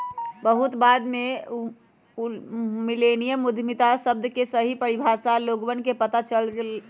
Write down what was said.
बहुत बाद में मिल्लेनियल उद्यमिता शब्द के सही परिभाषा लोगवन के पता चल पईलय